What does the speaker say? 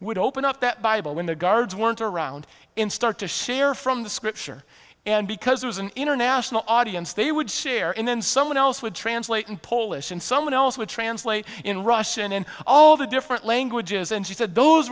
would open up that bible when the guards weren't around in start to share from the scripture and because it was an international audience they would share and then someone else would translate and polish and someone else would translate in russian and all the different languages and she said those